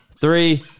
Three